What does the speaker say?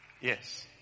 Yes